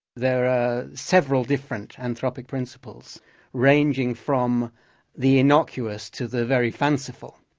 there are several different anthropic principles ranging from the innocuous to the very fanciful.